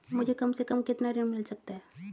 मुझे कम से कम कितना ऋण मिल सकता है?